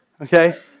okay